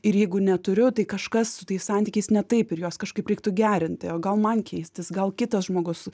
ir jeigu neturiu tai kažkas su tais santykiais ne taip ir juos kažkaip reiktų gerinti o gal man keistis gal kitas žmogus